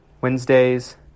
Wednesdays